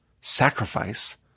sacrifice